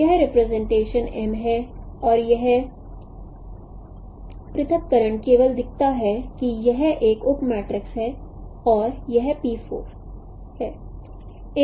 तो यह representation M है और यह पृथक्करण केवल दिखाता है कि यह एक उप मैट्रिक्स है और यह है